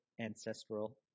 ancestral